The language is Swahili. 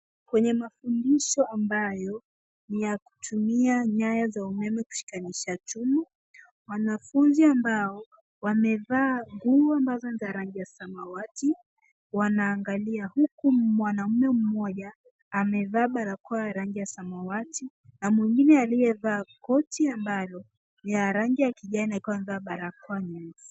Kwenye mafundisho ambayo ni ya kutumia nyaya za umeme kushikanisha chuma, wanafunzi ambao wamevaa nguo ambazo ni za rangi ya samawati wanaangalia huku mwanamume mmoja amevaa barakoa ya rangi ya samawati na mwingine aliyevaa koti ambalo ni ya rangi ya kijani akiwa amevaa barakoa nyeusi.